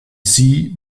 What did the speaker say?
sie